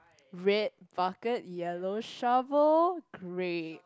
red bucket yellow shovel great